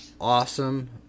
awesome